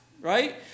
right